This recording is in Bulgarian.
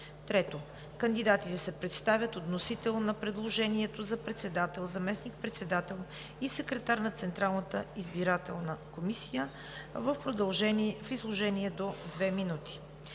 3. Кандидатите се представят от вносител на предложението за председател, заместник-председатели и секретар на Централната избирателна комисия в изложение до две минути.